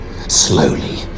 Slowly